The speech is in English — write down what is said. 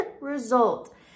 result